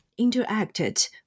interacted